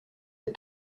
ses